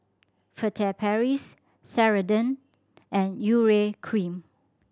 Furtere Paris Ceradan and Urea Cream